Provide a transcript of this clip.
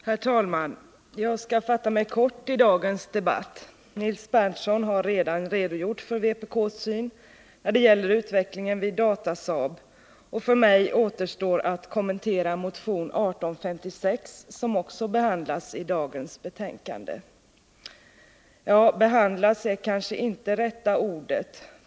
Herr talman! Jag skall fatta mig kort i dagens debatt. Nils Berndtson har redan redogjort för vpk:s syn när det gäller utvecklingen vid Datasaab och för mig återstår att kommentera motion 1856, som också behandlas i dagens betänkande. Ja, behandlas är kanske inte rätta ordet.